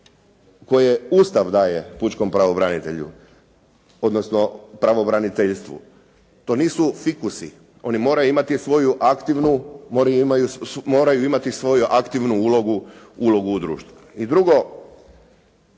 koje Ustav daje pučkom pravobranitelju odnosno pravobraniteljstvu. To nisu fikusi, oni moraju imati svoju aktivnu ulogu u društvu.